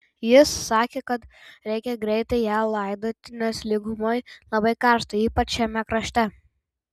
jis sakė kad reikia greitai ją laidoti nes lygumoje labai karšta ypač šiame krašte